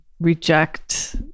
reject